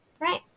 Right